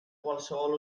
qualsevol